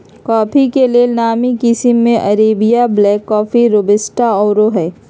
coffee के लेल नामी किशिम में अरेबिका, ब्लैक कॉफ़ी, रोबस्टा आउरो हइ